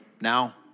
now